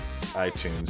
iTunes